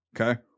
Okay